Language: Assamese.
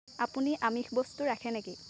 আপুনি আমিষ বস্তু ৰাখে নেকি